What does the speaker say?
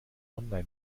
online